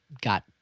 got